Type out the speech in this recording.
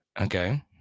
Okay